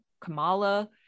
Kamala